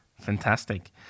Fantastic